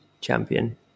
champion